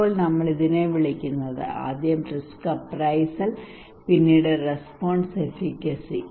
ഇപ്പോൾ നമ്മൾ ഇതിനെ വിളിക്കുന്നത് ആദ്യം റിസ്ക് അപ്രൈസൽ പിന്നെ റെസ്പോൺസ് എഫീക്കസി